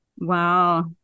Wow